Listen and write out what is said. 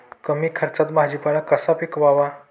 कमी खर्चात भाजीपाला कसा पिकवावा?